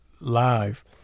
live